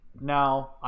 Now